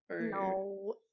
No